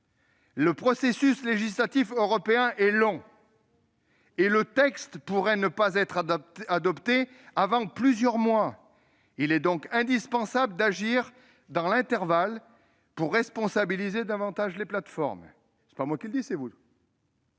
Le processus législatif européen est long, et le texte pourrait ne pas être adopté avant plusieurs mois [...]. Il est donc indispensable d'agir dans l'intervalle pour responsabiliser davantage les plateformes.